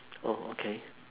oh okay